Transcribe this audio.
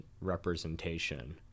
representation